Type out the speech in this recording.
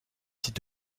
site